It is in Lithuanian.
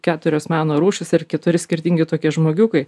keturios meno rūšys ir keturi skirtingi tokie žmogiukai